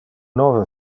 nove